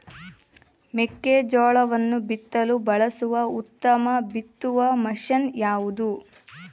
ಮೆಕ್ಕೆಜೋಳವನ್ನು ಬಿತ್ತಲು ಬಳಸುವ ಉತ್ತಮ ಬಿತ್ತುವ ಮಷೇನ್ ಯಾವುದು?